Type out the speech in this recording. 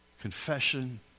Confession